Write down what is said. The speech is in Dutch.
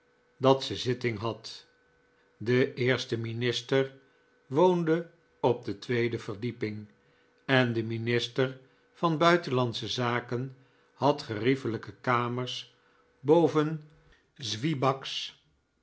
dat ze zitting had de eerste minister woonde op de tweede verdieping en de minister van buitenlandsche zaken had geriefelijke kamers boven